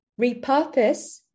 repurpose